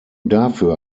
dafür